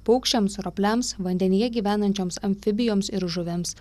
paukščiams ropliams vandenyje gyvenančioms amfibijoms ir žuvims